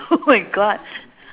oh my god